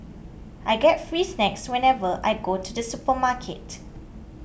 I get free snacks whenever I go to the supermarket